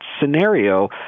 scenario